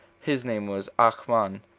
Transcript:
his name was achmon,